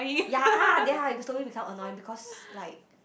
yea ah they slowly become annoying because like